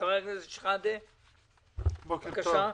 בוקר טוב.